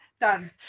Done